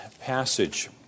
passage